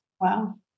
Wow